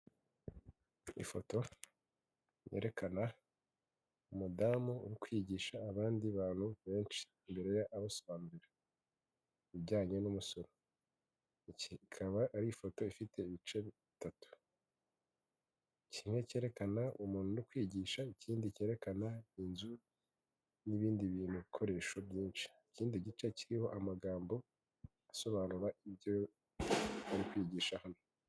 Ifoto yerekana umudamu uri kwigisha abandi bantu benshi imbere ye abasobanurira. Ibijyanye n'umusoro. Iki ikaba ari ifoto ifite ibice bitatu. Kimwe cyerekana umuntu uri kwigisha, ikindi cyerekana inzu n'ibindi bintu bikoresho byinshi. Ikindi gice kiriho amagambo asobanura ibyo ari kwigisha hano.